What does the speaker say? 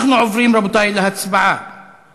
אנחנו עוברים, רבותי, להצבעה